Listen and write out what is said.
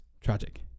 tragic